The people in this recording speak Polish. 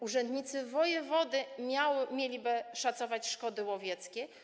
Urzędnicy wojewody mieliby szacować szkody łowieckie.